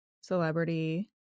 Celebrity